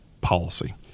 policy